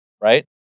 Right